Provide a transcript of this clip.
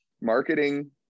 marketing